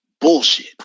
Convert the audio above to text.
bullshit